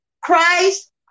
Christ